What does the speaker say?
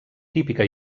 típica